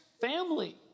family